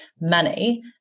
money